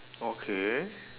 okay